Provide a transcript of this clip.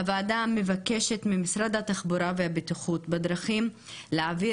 הוועדה מבקשת ממשרד התחבורה והבטיחות בדרכים להעביר